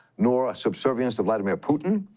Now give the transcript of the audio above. nor subservience to vladimir putin,